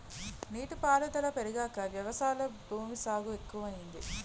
నీటి పారుదుల పెరిగాక వ్యవసాయ భూమి సాగు ఎక్కువయింది